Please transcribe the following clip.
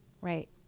right